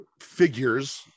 figures